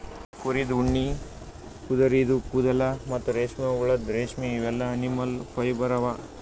ಕುರಿದ್ ಉಣ್ಣಿ ಕುದರಿದು ಕೂದಲ ಮತ್ತ್ ರೇಷ್ಮೆಹುಳದ್ ರೇಶ್ಮಿ ಇವೆಲ್ಲಾ ಅನಿಮಲ್ ಫೈಬರ್ ಅವಾ